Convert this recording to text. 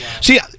See